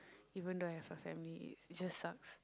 even though I have a family it just sucks